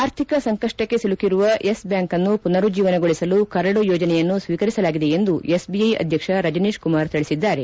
ಆರ್ಥಿಕ ಸಂಕಷ್ಟಕ್ಕೆ ಸಿಲುಕಿರುವ ಯೆಸ್ ಬ್ಯಾಂಕ್ನ ಪುನರುಜ್ಜೀವನಗೊಳಿಸಲು ಕರಡು ಯೋಜನೆಯನ್ನು ಸ್ವೀಕರಿಸಲಾಗಿದೆ ಎಂದು ಎಸ್ಬಿಐ ಅಧ್ಯಕ್ಷ ರಜನೀಶ್ ಕುಮಾರ್ ತಿಳಿಸಿದ್ದಾರೆ